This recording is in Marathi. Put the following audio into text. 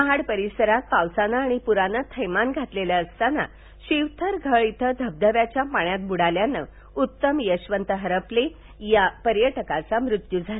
महाड परिसरात पावसाने आणि पुरान थैमान घातलेलं असताना शिवथरघळ इथं धबधब्याच्या पाण्यात ब्रुडाल्यानं उत्तम यशवंत हरपले या पर्यटकाचा मृत्यू झाला